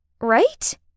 right